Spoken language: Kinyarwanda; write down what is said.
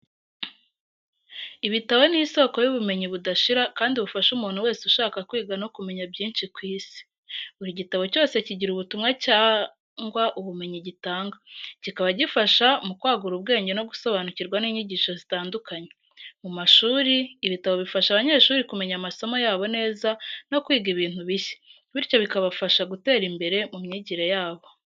Ibitabo ni isoko y’ubumenyi budashira kandi bufasha umuntu wese ushaka kwiga no kumenya byinshi ku Isi. Buri gitabo cyose kigira ubutumwa cyangwa ubumenyi gitanga, kikaba gifasha mu kwagura ubwenge no gusobanukirwa n’inyigisho zitandukanye. Mu mashuri, ibitabo bifasha abanyeshuri kumenya amasomo yabo neza no kwiga ibintu bishya, bityo bikabafasha gutera imbere mu myigire yabo.